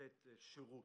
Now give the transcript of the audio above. לתת להם שירות.